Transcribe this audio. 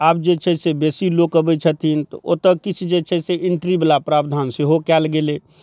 आब जे छै से बेसी लोक अबै छथिन तऽ ओतऽ किछु जे छै से इंट्रीवला प्रावधान सेहो कयल गेलै